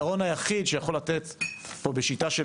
הפתרון היחיד שיכול לתת פה בשיטה של,